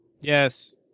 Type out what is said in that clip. Yes